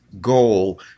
goal